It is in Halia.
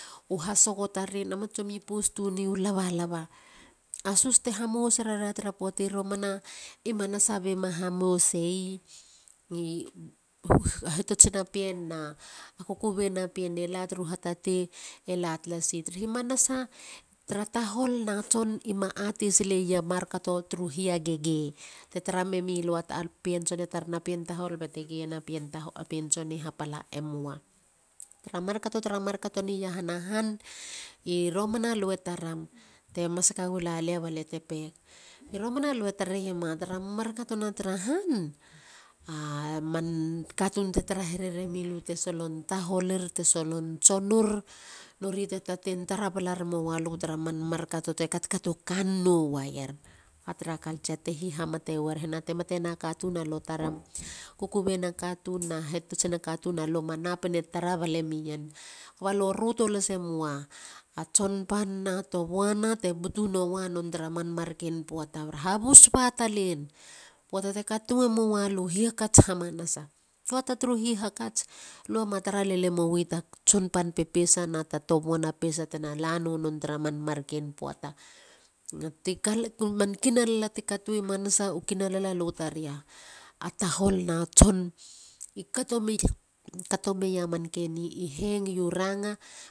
U hasogo taren u matsomi i poss tuni u labalaba. a sus te hamosera ra tra poati manasa be ma hamoseyi. Hitots na pien na kukubei na pien i la tru hatatei e la talasi. Tra tahol na tson i ma aatei silei a mar kato turu hia gegei. te tara memilu a pien tson e tarena pien tahol bate sei na. e moa. tara markato ni iahana han. i romana. lue tareiema. tara markato tra han. man katun te tara here remilu te solon taholir. te solon tsonir. nori te tatein tara bala remowalu tara markato te katkato kannou waier te matena katun. a lo tarem kukubei na katun a lapesina. a katun a lu manapine. gabe lo ruto lasemoa tson pan na tobuana te butu nowa non tra man marken poata. Habus batalen. poata te katue moalu hakats hamanasa. lue ma tara lele mowi ta tson pan pepesa na ta tobuana pepesa tena la nou non tra man marken poata. Man kinalala ti katui maanasa u kinalala li taria a tahol na tson i kato meia man keni i hengiu u ranga